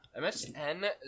msn